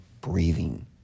breathing